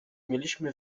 mieliśmy